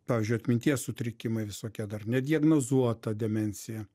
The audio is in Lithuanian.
pavyzdžiui atminties sutrikimai visokie dar nediagnozuota demencija